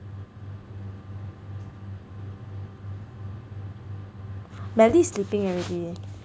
Melody is sleeping already